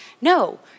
No